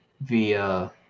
via